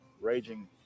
raging